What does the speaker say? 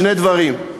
שני דברים.